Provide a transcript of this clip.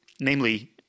Namely